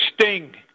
sting